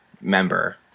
member